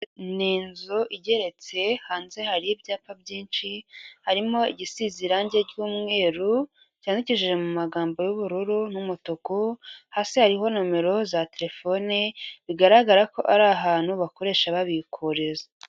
Ni inzu igeretse hanze hari ibyapa byinshi, harimo igisize irangi ry'umweru, cyandikishije mu magambo y'ubururu n'umutuku, hasi hariho nomero za telefone, bigaragara ko ari ahantu bakoresha babikuriza.